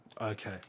Okay